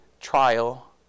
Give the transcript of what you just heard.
trial